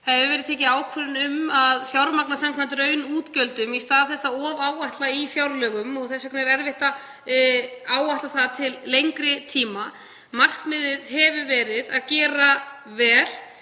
Það hefur verið tekin ákvörðun um að fjármagna samkvæmt raunútgjöldum í stað þess að ofáætla í fjárlögum og þess vegna er erfitt að áætla það til lengri tíma. Markmiðið hefur verið að gera vel